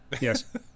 yes